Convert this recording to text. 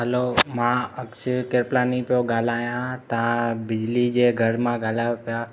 hello मां अक्षय कृपलाणी पियो ॻाल्हायां तव्हां बिजली जे घर मां ॻाल्हायो पिया